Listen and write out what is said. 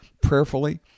prayerfully